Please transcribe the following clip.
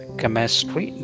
chemistry